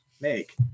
make